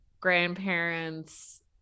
grandparents